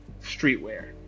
streetwear